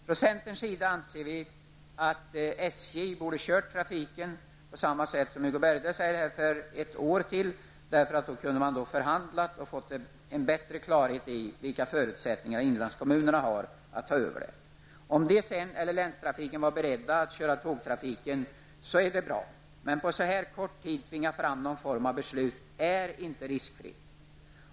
Från centerns sida anser vi att SJ borde ha kört trafiken -- som också Hugo Bergdahl sade -- ett år till. Då kunde man ha förhandlat och fått bättre klarhet i vilka förutsättningar inlandskommunerna har att ta över trafiken. Om sedan inlandskommunerna eller länstrafiken varit beredda att köra tågtrafiken, så hade det varit bra. Men att på så här kort tid tvinga fram någon form av beslut är inte riskfritt.